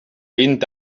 vint